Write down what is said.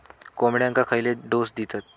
कोंबड्यांक खयले डोस दितत?